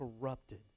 corrupted